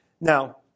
Now